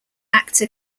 actor